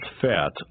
fat